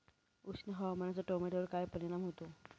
उष्ण हवामानाचा टोमॅटोवर काय परिणाम होतो?